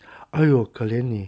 !aiyo! 可怜你